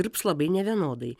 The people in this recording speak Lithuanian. tirps labai nevienodai